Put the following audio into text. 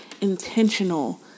intentional